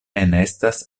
enestas